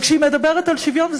וכשהיא מדברת על שוויון,